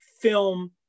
film